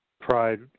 Pride